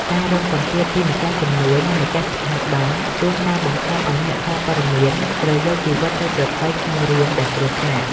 ការរងសម្ពាធពីម្ចាស់ជំនួយ និងម្ចាស់ស្ថាប័ន ជួនកាលបង្ខំឱ្យអ្នកសារព័ត៌មានត្រូវយកជីវិតទៅប្រថុយក្នុងរឿងដែលគ្រោះថ្នាក់។